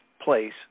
place